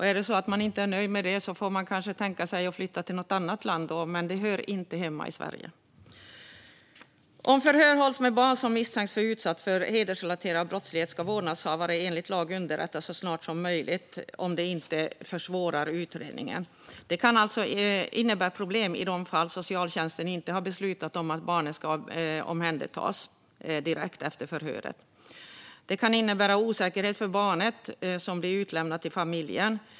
Är det så att man inte är nöjd med det får man kanske tänka sig att flytta till något annat land, för det hör inte hemma här. Om förhör hålls med ett barn som misstänks vara utsatt för hedersrelaterad brottslighet ska vårdnadshavare enlig lag underrättas så snart som möjligt om det inte försvårar utredningen. Det kan innebära problem i de fall socialtjänsten inte har beslutat om att barnet ska omhändertas direkt efter förhöret. Det kan även innebära osäkerhet för barnet, som ju är utlämnat till familjen.